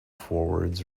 forwards